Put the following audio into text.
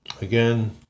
Again